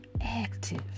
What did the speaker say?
active